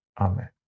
Amen